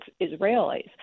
Israelis